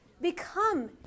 become